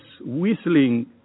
whistling